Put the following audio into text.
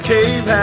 Cave